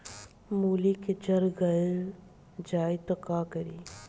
मूली के जर गल जाए त का करी?